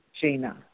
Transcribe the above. Gina